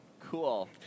Cool